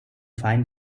find